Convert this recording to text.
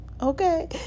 Okay